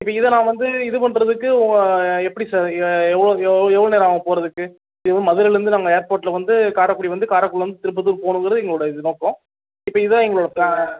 இதை நான் வந்து இது பண்ணுறதுக்கு எப்படி சார் எவ்வளோக்கு எவ்வளோ நேரம் ஆகும் போகிறதுக்கு முக்கியமாக மதுரையில் இருந்து நாங்கள் ஏர்போர்ட்டில் வந்து காரக்குடி வந்து காரக்குடியில் இருந்து திருப்பத்தூர் போகாணும்ங்குறது எங்களோடய நோக்கம் இப்போ இதுதான் எங்களோடய பிளான்